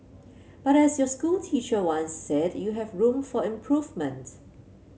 but as your school teacher once said you have room for improvement